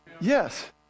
Yes